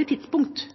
et